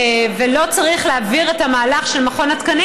ולא צריך להעביר את המהלך של מכון התקנים,